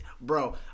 Bro